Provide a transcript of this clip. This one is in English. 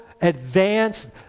advanced